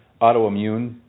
autoimmune